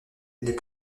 les